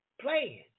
playing